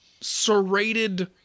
serrated